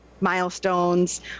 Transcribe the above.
milestones